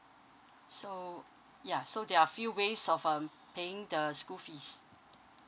so ya so there are few ways of um paying the school fees